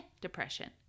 depression